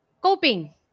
coping